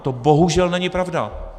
To bohužel není pravda.